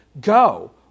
Go